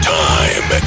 time